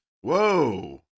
Whoa